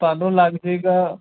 ਤੁਹਾਨੂੰ ਲੱਗ ਜੇਗਾ